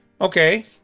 Okay